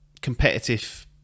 competitive